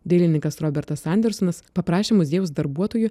dailininkas robertas andersonas paprašė muziejaus darbuotojų